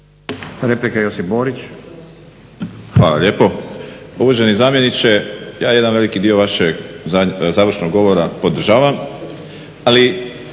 **Borić, Josip (HDZ)** Hvala lijepo. Pa uvaženi zamjeniče ja jedan veliki dio vašeg završnog govora podržavam,